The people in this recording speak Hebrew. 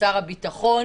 לשר הביטחון,